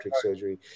surgery